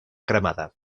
cremada